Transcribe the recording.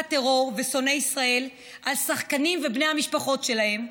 הטרור ושונאי ישראל על השחקנים ובני המשפחות שלהם,